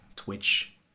Twitch